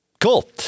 Cool